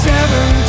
Seven